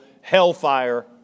hellfire